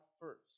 first